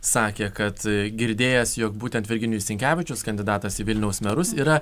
sakė kad girdėjęs jog būtent virginijus sinkevičius kandidatas į vilniaus merus yra